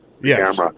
Yes